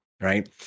right